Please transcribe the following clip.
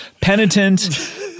penitent